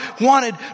wanted